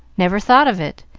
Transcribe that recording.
never thought of it.